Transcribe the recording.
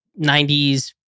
90s